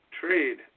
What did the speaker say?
trade